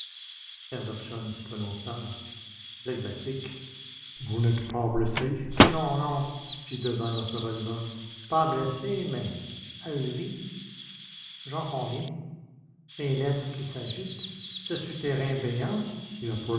prononça flegmatique vous n'êtes pas blessé non non fit devanne en se relevant pas blessé mais ahuri j'en conviens ces lettres qui s'agitent ce souterrain béant et